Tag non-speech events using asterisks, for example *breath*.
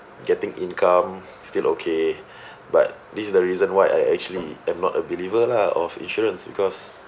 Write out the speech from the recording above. getting income still okay *breath* but this is the reason why I actually am not a believer lah of insurance because